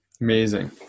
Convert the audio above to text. amazing